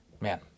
Man